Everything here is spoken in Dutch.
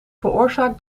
veroorzaakt